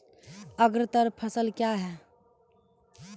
अग्रतर फसल क्या हैं?